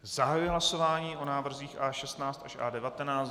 Zahajuji hlasování o návrzích A16 až A19.